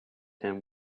him